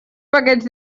paquets